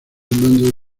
mando